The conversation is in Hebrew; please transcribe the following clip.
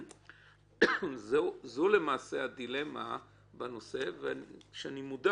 למעשה זו הדילמה בנושא ואני מודע